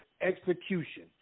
execution